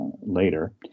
later